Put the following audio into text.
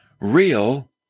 real